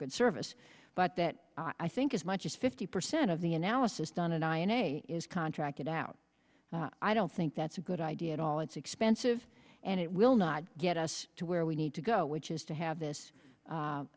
good service but that i think as much as fifty percent of the analysis done and i in a is contracted out i don't think that's a good idea at all it's expensive and it will not get us to where we need to go which is to have this